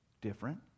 different